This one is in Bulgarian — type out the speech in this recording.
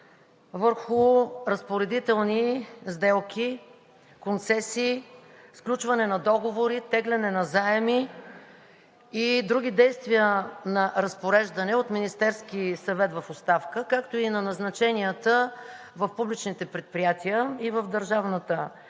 върху разпоредителни сделки, концесии, сключване на договори, теглене на заеми и други действия на разпореждане от Министерския съвет в оставка, както и на назначенията в публичните предприятия и в държавната